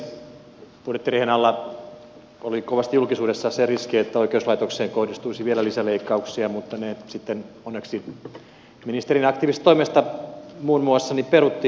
budjettiriihen alla oli kovasti julkisuudessa se riski että oikeuslaitokseen kohdistuisi vielä lisäleikkauksia mutta ne sitten onneksi ministerin aktiivisesta toimesta muun muassa peruttiin